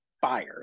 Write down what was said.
fire